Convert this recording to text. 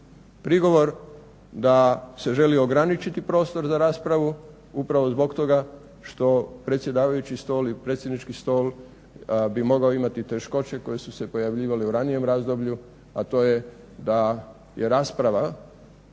prigovor da se želi ograničiti prostor za raspravu upravo zbog toga što predsjedavajući stol i predsjednički stol bi mogao imati teškoće koje su se pojavljivale u ranijem razdoblju, a to je da je rasprava